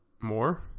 more